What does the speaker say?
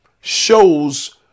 shows